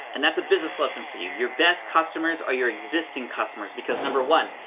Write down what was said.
and that's a business lesson for you, your best customers are your existing customers, because number one,